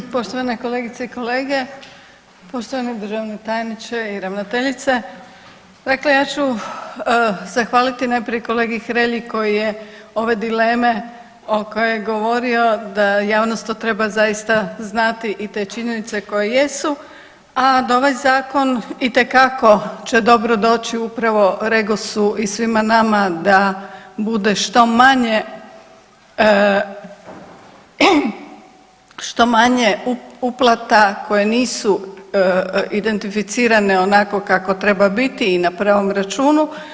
Poštovane kolegice i kolege, poštovani državni tajniče i ravnateljice, dakle ja ću zahvaliti najprije kolegi Hrelji koji je ove dileme o kojoj je govorio da javnost to treba zaista znati i te činjenice koje jesu, a da ovaj zakon itekako će dobro doći upravo REGOS-u i svima nama da bude što manje, što manje uplata koje nisu identificirane onako kako treba biti i na pravom računu.